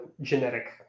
genetic